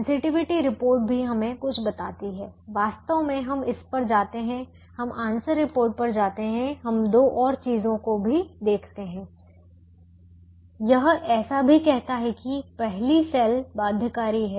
sensitivity report भी हमें कुछ बताती है वास्तव में हम इस पर जाते हैं हम आंसर रिपोर्ट पर जाते हैं हम दो और चीजों को भी देखते हैं यह ऐसा भी कहता है कि पहेली सेल बाध्यकारी है